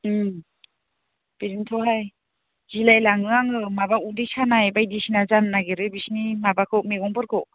बिदिनोथ'हाय गिलायलाङो आङो माबा उदै सानाय बायदिसिना जानो नागिरो बिसोरनि माबाखौ मैगंफोरखौ